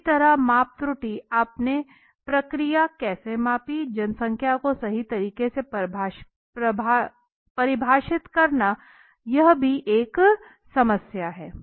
इसी तरह माप त्रुटि आपने प्रक्रिया कैसे मापी जनसंख्या को सही तरीके से परिभाषित करना यह भी एक समस्या है